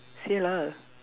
say lah